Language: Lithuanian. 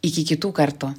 iki kitų kartų